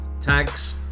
Tags